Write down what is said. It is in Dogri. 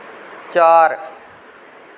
चार